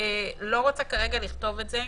שלא רוצה כרגע לכתוב את זה,